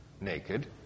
naked